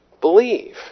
believe